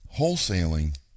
Wholesaling